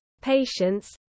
patience